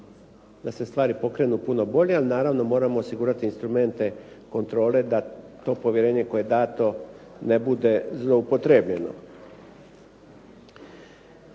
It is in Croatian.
da se stvari pokrenu puno bolje ali naravno moramo osigurati instrumente kontrole da to povjerenje koje je dato ne bude zloupotrebljeno.